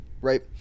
right